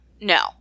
no